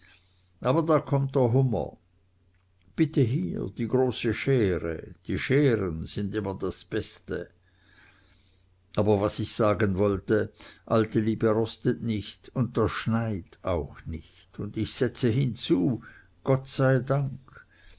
aber da kommt der hummer bitte hier die große schere die scheren sind immer das beste aber was ich sagen wollte alte liebe rostet nicht und der schneid auch nicht und ich setze hinzu gott sei dank